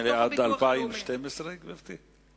נדמה לי, עד 2012, גברתי?